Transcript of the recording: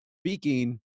speaking